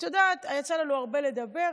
ויצא לנו הרבה לדבר,